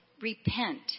Repent